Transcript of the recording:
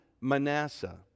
Manasseh